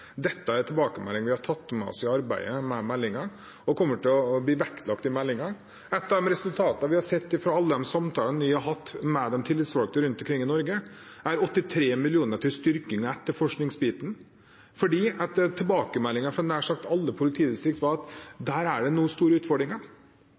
er tilbakemeldinger som vi har tatt med oss i arbeidet med meldingen, og som kommer til å bli vektlagt i meldingen. Et av resultatene vi har sett fra alle samtalene vi har hatt med de tillitsvalgte rundt omkring i Norge, er 83 mill. kr til styrking av etterforskingsbiten fordi tilbakemeldingen fra nær sagt alle politidistrikt var at